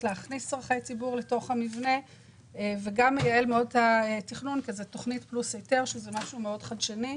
להכניס צורכי ציבור לתוך המבנה וגם --- שזה משהו מאוד חדשני.